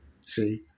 see